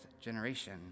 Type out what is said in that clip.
generation